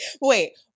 Wait